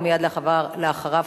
ומייד אחריו,